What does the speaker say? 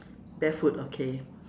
barefoot okay